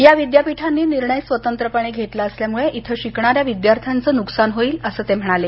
या विद्यापीठांनी निर्णय स्वतंत्रपणे घेतला असल्यामुळे इथं शिकणाऱ्या विद्यार्थ्यांचं नुकसान होईल असं ते म्हणाले